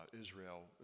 Israel